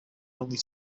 only